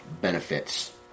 benefits